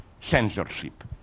censorship